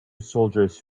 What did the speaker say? soldiers